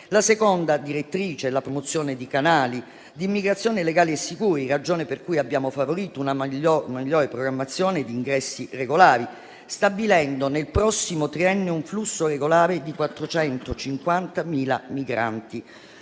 La seconda direttrice è la promozione di canali di immigrazione legali e sicuri, ragione per cui abbiamo favorito una migliore programmazione di ingressi regolari, stabilendo nel prossimo triennio un flusso regolare di 450.000 migranti.